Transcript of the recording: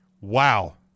Wow